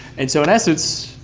and so in essence,